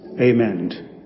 Amen